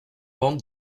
bande